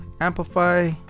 Amplify